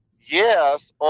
yes